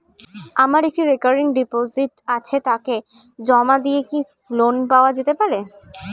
আমার একটি recurring deposit আছে তাকে জমা দিয়ে কি লোন পাওয়া যেতে পারে?